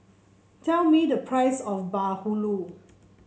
tell me the price of bahulu